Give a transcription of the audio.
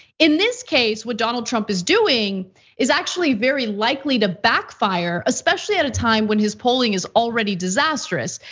in this case, what donald trump is doing is actually very likely to backfire, especially at a time when his polling is already disastrous.